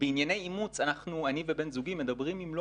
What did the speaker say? בענייני אימוץ אני ובן זוגי מדברים עם לא